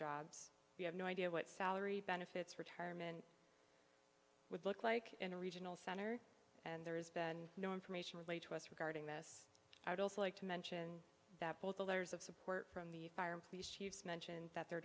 jobs we have no idea what salary benefits retirement would look like in a regional center and there's been no information relayed to us regarding this i'd also like to mention that both the letters of support from the fire and police chiefs mention that their